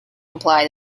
imply